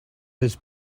his